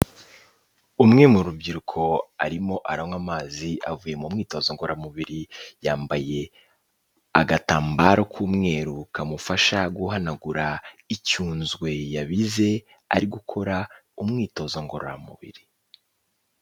Umwe mu rubyiruko arimo aranywa amazi, avuye mu myitozo ngororamubiri, yambaye agatambaro k'umweru kamufasha guhanagura icyunzwe yabize ari gukora umwitozo ngororamubiri.